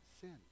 sin